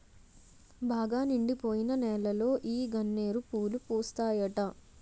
బాగా నిండిపోయిన నేలలో ఈ గన్నేరు పూలు పూస్తాయట